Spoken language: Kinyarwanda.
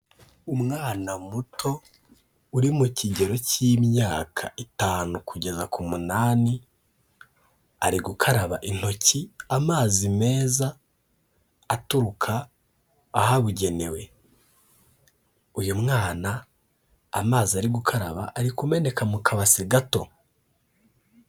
Umwana muto uri mu kigero cy'imyaka itanu kugeza ku munani, ari gukaraba intoki amazi meza aturuka ahabugenewe, uyu mwana, amazi ari gukaraba ari kumeneka mu kabase gato.